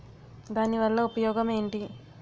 దాని వల్ల ఉపయోగం ఎంటి?